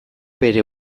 bere